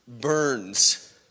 burns